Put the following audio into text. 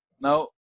Now